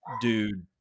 dude